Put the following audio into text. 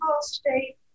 state